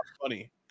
funny